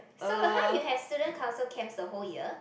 so !huh! you have student council camps the whole year